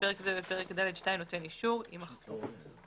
(בפרק זה ובפרק ד'2 נותן אישור" יימחקו.